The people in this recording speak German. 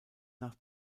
nach